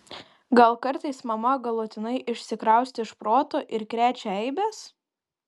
gal kartais mama galutinai išsikraustė iš proto ir krečia eibes